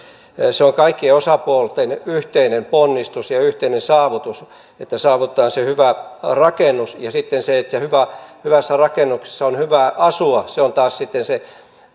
se on kaikkien osapuolten yhteinen ponnistus ja yhteinen saavutus että saavutetaan se hyvä rakennus ja sitten se että hyvässä rakennuksessa on hyvä asua on taas myöskin se